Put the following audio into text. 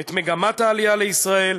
את מגמת העלייה לישראל,